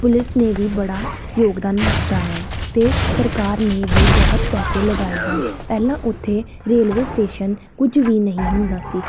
police ਨੇ ਵੀ ਬੜਾ ਯੋਗਦਾਨ ਦਿੱਤਾ ਹੈ ਅਤੇ ਸਰਕਾਰ ਨੇ ਵੀ ਬਹੁਤ ਪੈਸੇ ਲਗਾਏ ਹਨ ਪਹਿਲਾਂ ਉੱਥੇ ਰੇਲਵੇ ਸਟੇਸ਼ਨ ਕੁਝ ਵੀ ਨਹੀਂ ਹੁੰਦਾ ਸੀ